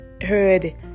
heard